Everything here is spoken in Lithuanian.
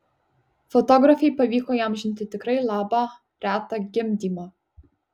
fotografei pavyko įamžinti tikrai labą retą gimdymą